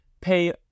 pay